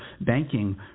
banking